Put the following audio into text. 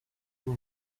you